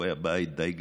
הוא היה בית די גדול,